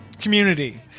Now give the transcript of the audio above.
community